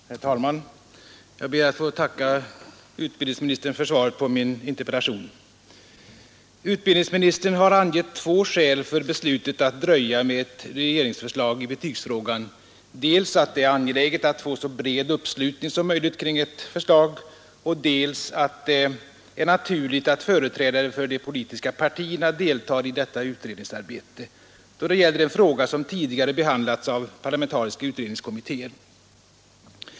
Herr talman! Jag ber att få tacka utbildningsministern för svaret på min interpellation. Utbildningsministern har angivit två skäl för beslutet att dröja med ett regeringsförslag i betygsfrågan, dels att det är angeläget att få en så bred uppslutning som möjligt kring ett förslag, dels att det är naturligt att företrädare för de politiska partierna deltar i detta utredningsarbete, eftersom det gäller en fråga som tidigare har behandlats av parlamentariska utredningskommittéer.